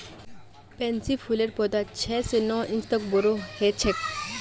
pansy फूलेर पौधा छह स नौ इंच तक बोरो ह छेक